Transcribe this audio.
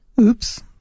Oops